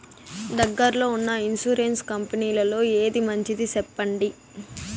దగ్గర లో ఉన్న ఇన్సూరెన్సు కంపెనీలలో ఏది మంచిది? సెప్పండి?